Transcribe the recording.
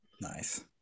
Nice